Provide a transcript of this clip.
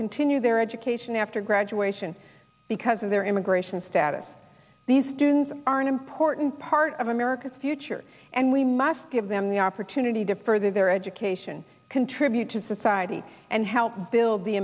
continue their education after graduation because of their immigration status these students are an important part of america's future and we must give them the opportunity to further their education contribute to society and help build the